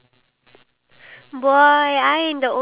um hello one more day